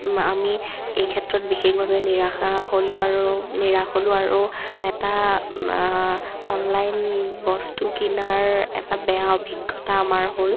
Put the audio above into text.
আমি এইক্ষেত্ৰত বিশেষভাৱে নিৰাশা হ'লোঁ আৰু নিৰাশ হ'লোঁ আৰু এটা অনলাইন বস্তু কিনাৰ এটা বেয়া অভিজ্ঞতা আমাৰ হ'ল